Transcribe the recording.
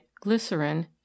glycerin